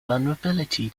vulnerability